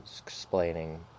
explaining